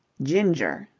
ginger!